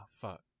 fuck